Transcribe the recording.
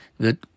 good